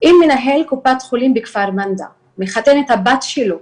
אם מנהל קופת חולים בכפר מנדא מחתן את הבת שלו